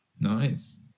Nice